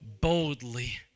boldly